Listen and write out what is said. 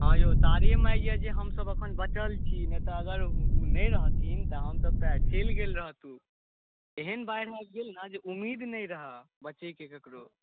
हँ यौ तारे माइ यए जे हमसभ एखन बचल छी नहि तऽ अगर ओ नहि रहथिन तऽ हमसभ तऽ आइ चलि गेल रहतू एहन बाढ़ि आबि गेल ने जे उम्मीद नहि रहए बचैके ककरो